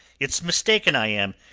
it's mistaken i am.